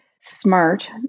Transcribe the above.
smart